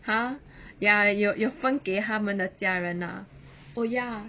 !huh! ya 有有分给他们的家人 ah oh ya